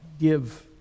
give